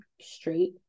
straight